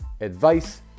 advice